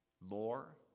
more